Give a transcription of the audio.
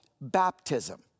baptism